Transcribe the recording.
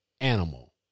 animal